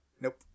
Nope